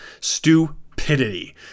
stupidity